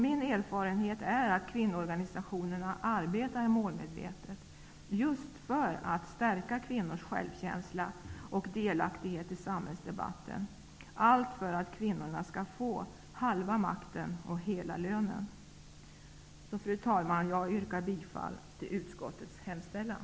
Min erfarenhet är att kvinnoorganisationerna arbetar målmedvetet just för att stärka kvinnors självkänsla och delaktighet i samhällsdebatten. Allt detta är för att kvinnorna skall få Halva makten och Fru talman! Jag yrkar bifall till utskottets hemställan.